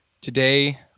Today